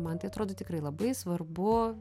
man tai atrodo tikrai labai svarbu